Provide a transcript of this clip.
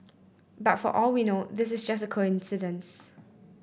but for all we know this is just a coincidence